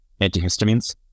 antihistamines